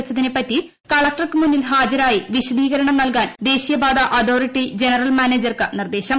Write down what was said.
വച്ചതിനെപ്പറ്റി കളക്ടർക്ക് മുന്നിൽ ഹാജരായി വിശദീകരണം നൽകാൻ ദേശീയപാതാ അതോറിറ്റി ജനറൽ മാനേജർക്ക് നിർദ്ദേശം